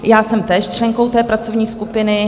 Já jsem též členkou té pracovní skupiny.